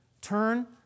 Turn